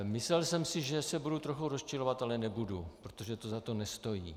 Myslel jsem si, že se budu trochu rozčilovat, ale nebudu, protože to za to nestojí.